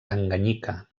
tanganyika